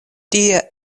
tia